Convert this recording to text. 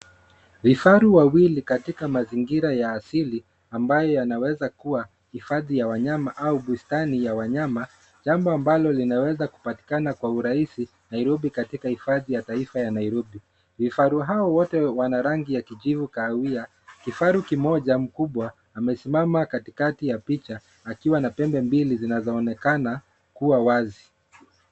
Vifaru wawili katika mazingira ya asili, ambayo yanaweza kuwa hifadhi ya wanyama au bustani ya wanyama, jambo ambalo linaweza kupatikana kwa urahisi Nairobi, katika hifadhi ya taifa ya Nairobi. Vifaru hao wote wana rangi ya kijivu kahawia kifaru kimoja mkubwa amesimama katikati ya picha, akiwa na pembe mbili zinazoonekana kuwa wazi.